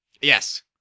Yes